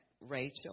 Rachel